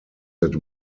that